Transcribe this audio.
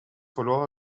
verlor